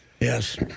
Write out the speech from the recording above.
Yes